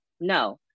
No